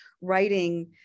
writing